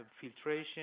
filtration